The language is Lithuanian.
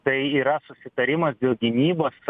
tai yra susitarimas dėl gynybos